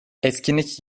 etkinlik